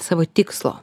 savo tikslo